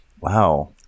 Wow